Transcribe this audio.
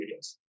videos